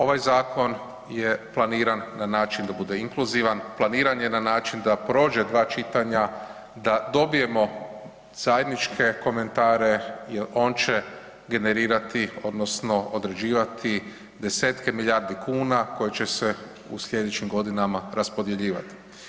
Ovaj zakon je planiran na način da bude inkluzivan, planiran je na način da prođe 2 čitanja, da dobijemo zajedničke komentare jer on će generirati odnosno određivati 10-tke milijardi kuna koje će se u slijedećim godinama raspodjeljivati.